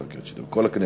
בכל הכנסת.